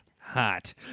hot